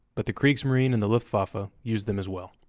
but the kriegsmarine and the luftwaffe ah used them as well.